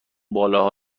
بالاها